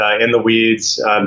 in-the-weeds